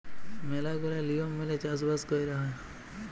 ম্যালা গুলা লিয়ম মেলে চাষ বাস কয়রা হ্যয়